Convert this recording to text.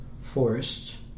forests